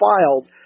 filed